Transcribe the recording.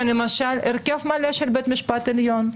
למשל של הרכב מלא של בית המשפט העליון.